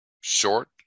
short